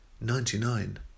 ninety-nine